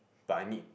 but I need